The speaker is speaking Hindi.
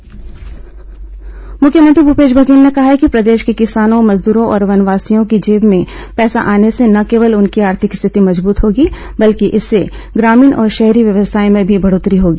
मुख्यमंत्री विशेष कार्यक्रम मुख्यमंत्री भूपेश बघेल ने कहा है कि प्रदेश के किसानों मजदूरों और वनवासियों की जेब में पैसा आने से न केवल उनकी आर्थिक स्थिति मजबूत होगी बल्कि इससे ग्रामीण और शहरी व्यवसाय में भी बढ़ोत्तरी होगी